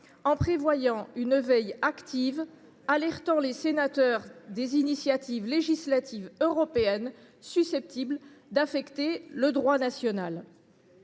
en prévoyant une veille active alertant les sénateurs des initiatives législatives européennes susceptibles d’affecter le droit national.